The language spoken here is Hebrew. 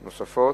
נוספות.